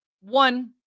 One